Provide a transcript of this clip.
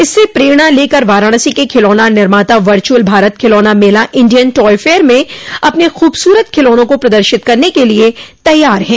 इससे प्रेरणा लेकर वाराणसी के खिलौना निर्माता वर्चुअल भारत खिलौना मेला इंडियन टॉय फेयर में अपने खूबसूरत खिलौनों को प्रदर्शित करने के लिए तैयार हैं